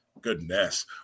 goodness